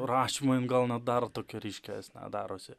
rašymą įgauna dar tokią ryškesnę darosi